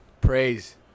Praise